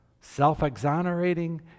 Self-exonerating